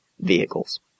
vehicles